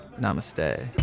Namaste